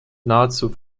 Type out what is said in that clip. nahezu